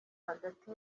hagati